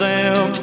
Sam